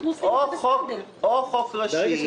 או חוק ראשי,